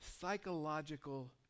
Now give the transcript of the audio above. psychological